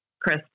Chris